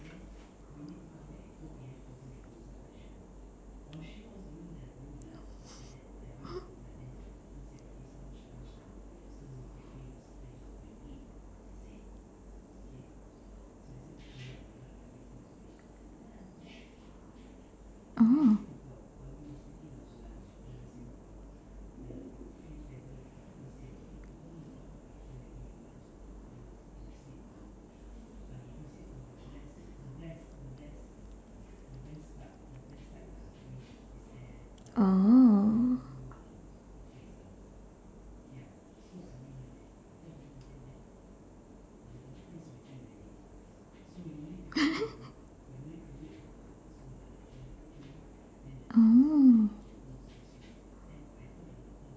mm oh oh